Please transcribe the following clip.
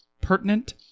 pertinent